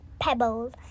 pebbles